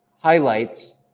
Highlights